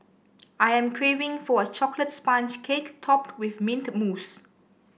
I am craving for a chocolate sponge cake topped with mint mousse